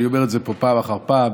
אני אומר את זה פה פעם אחר פעם,